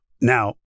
Now